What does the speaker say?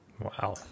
wow